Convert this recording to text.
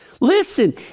Listen